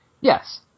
Yes